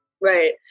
right